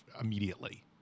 immediately